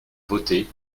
voter